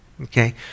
okay